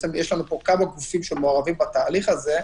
יש לנו פה כמה גופים שמעורבים בתהליך הזה,